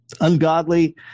ungodly